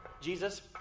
Jesus